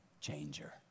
changer